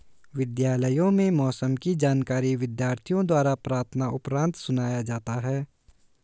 विद्यालयों में मौसम की जानकारी विद्यार्थियों द्वारा प्रार्थना उपरांत सुनाया जाता है